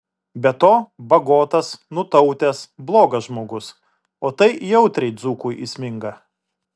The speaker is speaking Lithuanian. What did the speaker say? be to bagotas nutautęs blogas žmogus o tai jautriai dzūkui įsminga